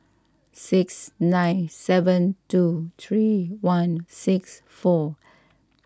six nine seven two three one six four